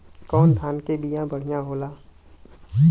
कौन धान के बिया बढ़ियां होला?